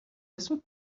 اسم